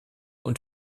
und